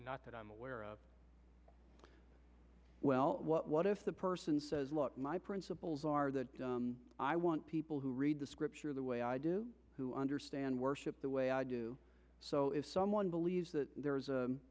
not that i'm aware well what if the person says look my principles are that i want people who read the scripture the way i do who understand worship the way i do so if someone believes that there